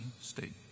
state